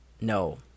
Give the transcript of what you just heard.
No